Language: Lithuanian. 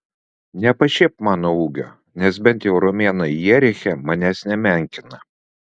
nepašiepk mano ūgio nes bent jau romėnai jeriche manęs nemenkina